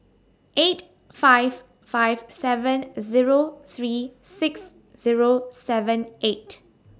eight five five seven Zero three six Zero seven eight